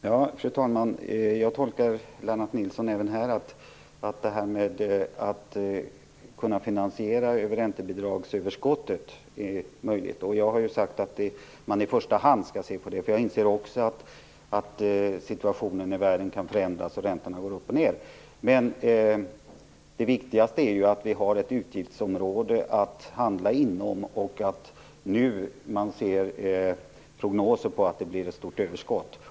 Fru talman! Även nu tolkar jag Lennart Nilsson som att det är möjligt med en finansiering via räntebidragsöverskottet. Jag har sagt att man i första hand skall se över det. Jag inser också att situationen i världen kan förändras och att räntan kan gå upp och ned. Men det viktigaste är att vi har ett utgiftsområde att handla inom och att man nu ser prognoser som visar på ett stort överskott.